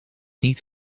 niet